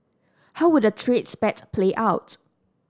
how would the trade spat play out